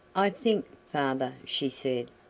i think, father, she said,